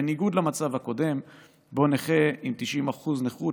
בניגוד למצב הקודם שבו נכה עם 90% נכות